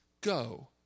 go